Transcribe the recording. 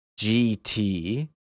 GT